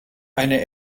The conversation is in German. eine